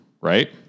right